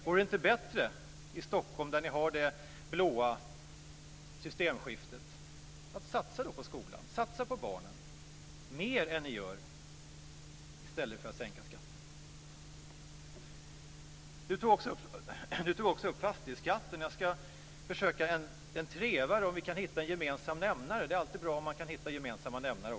Vore det inte bättre att i Stockholm, med det blåa systemskiftet, satsa mer på skolan och barnen i stället för att sänka skatten? Bo Lundgren tog också upp frågan om fastighetsskatten. Jag ska treva efter en gemensam nämnare. Det är alltid bra om det går att hitta gemensamma nämnare.